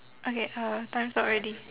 okay uh time's up already